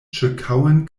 ĉirkaŭen